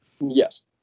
Yes